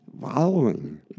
following